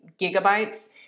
gigabytes